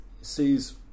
sees